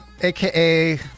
aka